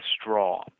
straw